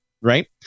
Right